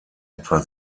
etwa